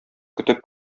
көтеп